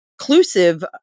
inclusive